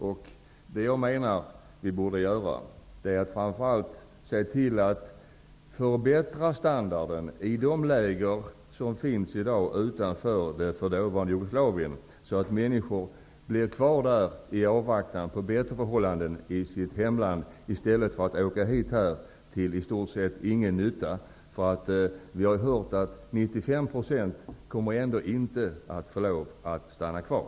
Vad jag menar att vi borde göra är att framför allt se till att förbättra standarden i de läger som i dag finns utanför det f.d. Jugoslavien, så att människor blir kvar där i avvaktan på bättre förhållanden i sitt hemland, i stället för att åka hit till i stort sett ingen nytta. Vi har ju hört att 95 % ändå inte kommer att få lov att stanna kvar.